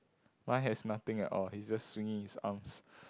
mine has nothing at all he's just swinging his arms